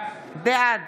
בעד